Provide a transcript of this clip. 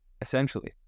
essentially